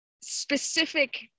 specific